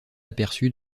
aperçu